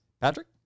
Patrick